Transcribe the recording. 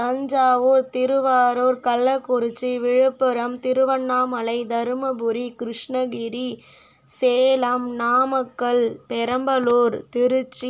Thanjavur Tiruvarur Kallakurichi Villupuram Tiruvannamalai Dharmapuri Krishnagiri Salem Namakkal Perambalur Trichy